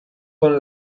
con